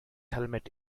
helmet